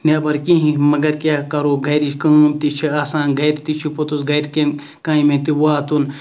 نیٚبَر کِہیٖنۍ مَگَر کیاہ کَرو گَرِچ کٲم تہِ چھِ آسان گَرِ تہِ چھُ پوٚتُس گَرکیٚن کامٮ۪ن تہِ واتُن